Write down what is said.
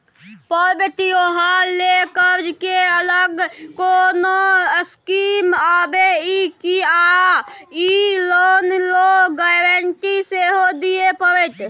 पर्व त्योहार ल कर्ज के अलग कोनो स्कीम आबै इ की आ इ लोन ल गारंटी सेहो दिए परतै?